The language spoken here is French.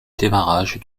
démarrage